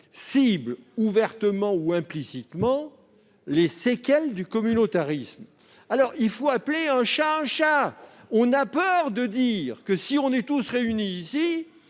cible ouvertement ou implicitement les séquelles du communautarisme. Il faut appeler un chat un chat ! Or on a peur de dire que, si nous sommes tous réunis ici,